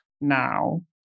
now